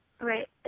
right